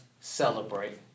celebrate